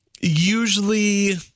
usually